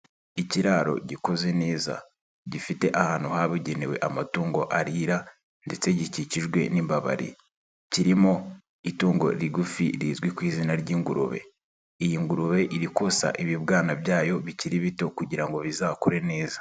lkiraro gikoze neza gifite ahantu habugenewe amatungo arira, ndetse gikikijwe n'imbabare. Kirimo itungo rigufi rizwi ku izina ry'ingurube, iyi ngurube iri konsa ibibwana byayo bikiri bito, kugira ngo bizakure neza.